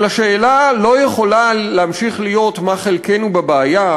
אבל השאלה לא יכולה להמשיך להיות מה חלקנו בבעיה,